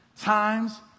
times